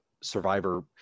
survivor